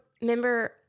remember